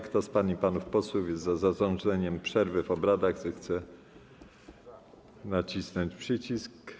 Kto z pań i panów posłów jest za zarządzeniem przerwy w obradach, zechce nacisnąć przycisk.